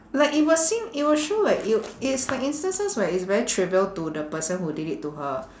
like it was seen it will show like you it is like instances where it's very trivial to the person who did it to her